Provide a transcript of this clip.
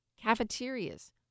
cafeterias